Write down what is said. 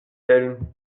elle